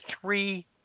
three